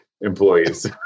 employees